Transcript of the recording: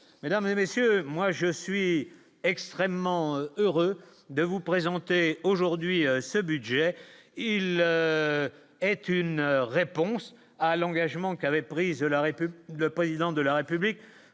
mesdames et messieurs, moi je suis extrêmement heureuse de vous présenter aujourd'hui ce budget il est une réponse à l'engagement qu'avait pris de la République,